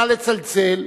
נא לצלצל.